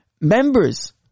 Members